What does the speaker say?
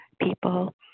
people